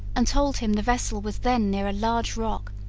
and told him the vessel was then near a large rock,